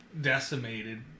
decimated